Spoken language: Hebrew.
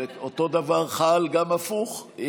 ואותו דבר חל גם הפוך.